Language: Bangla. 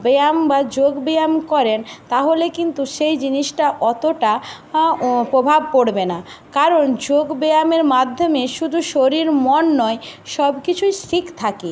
ব্যায়াম বা যোগ ব্যায়াম করেন তাহলে কিন্তু সেই জিনিসটা অতটা ও প্রভাব পড়বে না কারণ যোগব্যায়ামের মাধ্যমে শুধু শরীর মন নয় সব কিছুই ঠিক থাকে